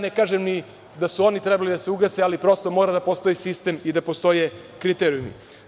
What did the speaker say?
Ne kažem ni da su oni trebali da se ugase, ali prosto mora da postoji sistem i da postoje kriterijumi.